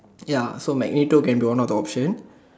ya so Magneto can be one of the option